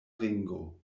ringo